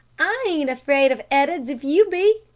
i ain't afraid of ed'ards, if you be.